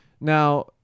Now